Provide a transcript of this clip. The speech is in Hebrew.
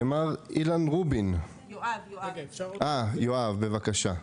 יואב, בבקשה.